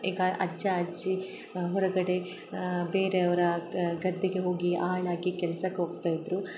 ಈಗ ಅಜ್ಜ ಅಜ್ಜಿ ಹೊರಗಡೆ ಬೇರೆ ಅವರ ಗದ್ದೆಗೆ ಹೋಗಿ ಆಳಾಗಿ ಕೆಲ್ಸಕ್ಕೆ ಹೋಗ್ತಾ ಇದ್ದರು